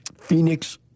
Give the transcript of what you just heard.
Phoenix